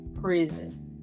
prison